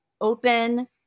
open